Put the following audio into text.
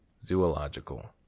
Zoological